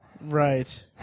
Right